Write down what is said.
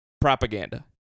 propaganda